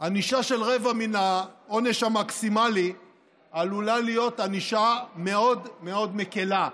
ענישה של רבע מן העונש המקסימלי עלולה להיות ענישה מאוד מאוד מקילה,